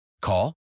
Call